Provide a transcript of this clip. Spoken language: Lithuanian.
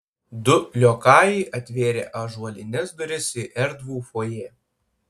du liokajai atvėrė ąžuolines duris į erdvų fojė